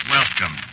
Welcome